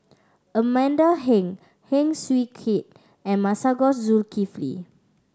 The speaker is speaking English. Amanda Heng Heng Swee Keat and Masagos Zulkifli